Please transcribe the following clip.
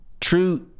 true